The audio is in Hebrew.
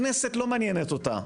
הכנסת לא מעניינת אותה,